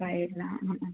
പപ്പായ ഇല്ല ആ ആ ആ